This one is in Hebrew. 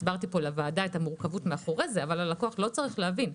הסברתי לוועדה את המורכבות מאחורי זה אבל הלקוח לא צריך להבין.